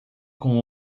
com